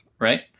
right